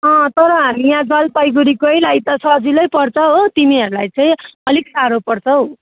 तर हामी यहाँ जलपाइगुढीको लागि त सजिलो पर्छ हो तिमीहरूलाई चाहिँ अलिक साह्रो पर्छ हौ